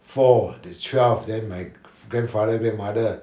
four twelve then my grandfather grandmother